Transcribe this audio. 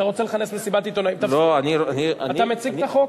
אתה מציג את החוק?